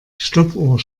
stoppuhr